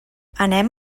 anem